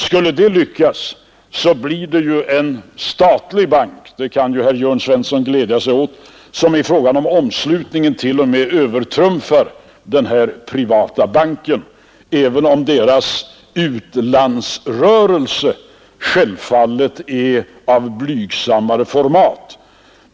Skulle det lyckas, blir det en statlig bank — och det kan ju herr Jörn Svensson glädja sig åt — som i fråga om omslutning till och med överträffar den nya privata banken, även om dess utlandsrörelse självfallet blir av blygsammare format.